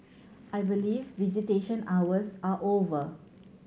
I believe visitation hours are over